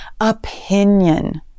opinion